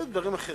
יש דברים אחרים,